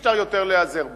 אי-אפשר יותר להיעזר בו.